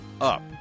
up